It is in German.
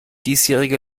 diesjährige